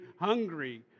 hungry